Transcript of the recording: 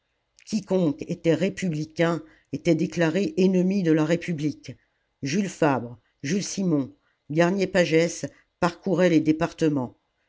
était républicain était déclaré ennemi de la république jules favre jules simon garnier pagès parcouraient les départements